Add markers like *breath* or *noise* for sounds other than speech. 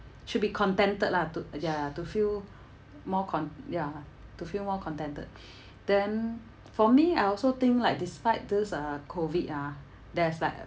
should be contented lah to ya to feel more con~ ya lah to feel more contented *breath* then for me I also think like despite this uh COVID ah there's like